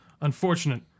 Unfortunate